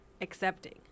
accepting